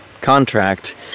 contract